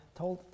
told